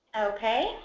Okay